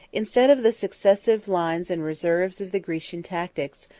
instead of the successive lines and reserves of the grecian tactics,